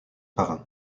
parrain